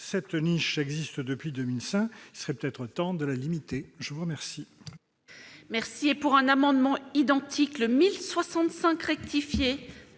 Cette niche existe depuis 2005 : il serait peut-être temps de la limiter. La parole